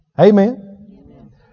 Amen